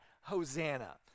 Hosanna